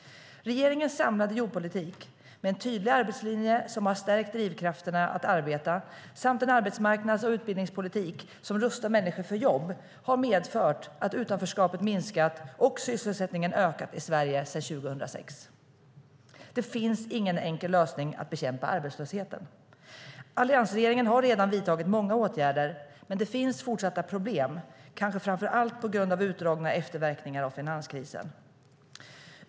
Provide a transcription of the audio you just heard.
Regeringens samlade jobbpolitik med en tydlig arbetslinje som har stärkt drivkrafterna att arbeta samt en arbetsmarknads och utbildningspolitik som rustar människor för jobb har medfört att utanförskapet minskat och sysselsättningen ökat i Sverige sedan 2006. Det finns ingen enkel lösning för att bekämpa arbetslösheten. Alliansregeringen har redan vidtagit många åtgärder, men det finns fortsatta problem, kanske framför allt på grund av utdragna efterverkningar av finanskrisen.